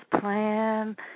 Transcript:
plan